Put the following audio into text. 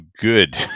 good